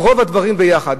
רוב הדברים ביחד,